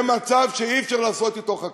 למצב שאי-אפשר לעשות אתו חקלאות?